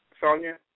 Sonia